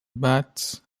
bats